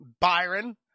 Byron